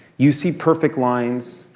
you see perfect lines.